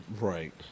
Right